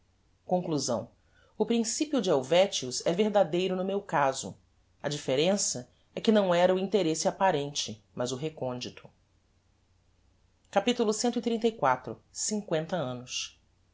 conclusão o principio de helvetius é verdadeiro no meu caso a diferença é que não era o interesse apparente mas o recondito capitulo cxxxiv cincoenta annos